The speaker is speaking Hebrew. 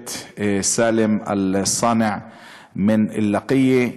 השופט סאלם אלסאנע מלקיה.